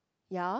ya